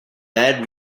bad